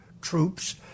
troops